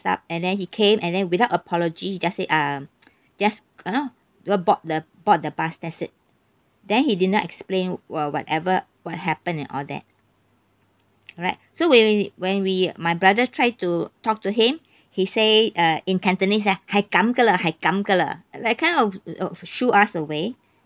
up and then he came and then without apology he just said um just uh board the board the bus that's it then he did not explain uh whatever what happened and all that alright so when we when we my brother try to talk to him he say uh in cantonese ah like kind of uh shoo us away